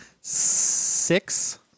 six